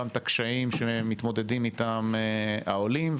גם את הקשיים שמתמודדים איתם העולם,